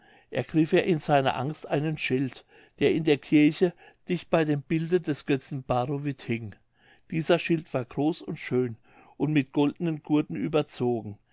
er in seiner angst einen schild der in der kirche dicht bei dem bilde des götzen barovit hing dieser schild war groß und schön und mit goldenen gurten überzogen